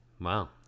Wow